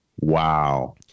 Wow